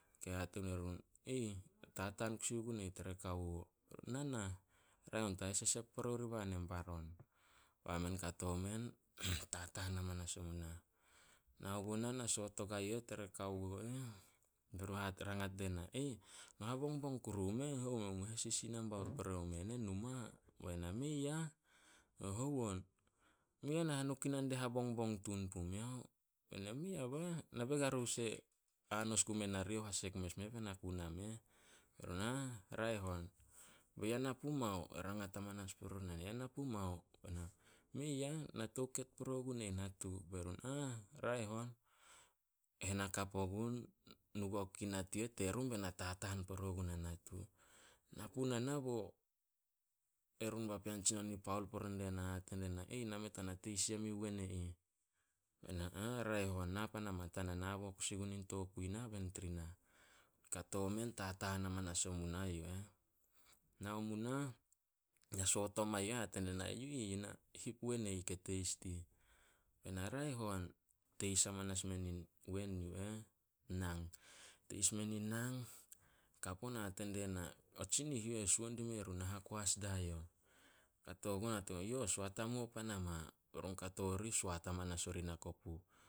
"Tataan kusi ogun e ih tere kawo." "Na nah, raeh on ta hesesep pore oriba nen baron." Ba men kato men tataan hamanas o munah. Nao gunah na soot ogua yu eh tere kawo eh. Be run rangat die na, "No habongbong kuru omeh, hou meh mu hesisi nambaut pore mume nen numa." Bai na, "Mei ah. 'Hou on?'" "Mei ah nahanu kinan die habongbong tun pumeo." Be na, "Mei a bah narioh a sek mes meh be na ku nameh." "Raeh on." "Be ya na pumao?" Rangat hamanas purun ena. "Ya na pumao?" Be na, "Mei a na touket pore gun e ih natu." Be run, "Ah, raeh on." Hen hakap ogun, nu guao kinat yu eh terun, be na tataan pore guna natu. Na ku na nah bo, erun papean tsinon paol pore die na. Hate die na, "Nameh tana teis yem in wen e ih." Bai na, "Ah raeh on, na pan ama tanah." Nabo kusi gun tokui na, be nit ri nah. Kato men tataan amanas omu nah yu eh. Nao mu nah, na soot o hate die na, "Yu ih ina hip wen e ih ke teis dih." Be na, "Raeh on." Teis hamanas men in wen yu eh. Teis men in nang. Kap on hate die na, "O tsinih yu eh suo dime run na hakoas dai youh." Kato gun hate gue run, "Yo soat hamuo pan ama." Be run kato rih, soat hamanas ori na kopu.